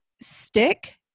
stick